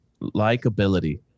Likeability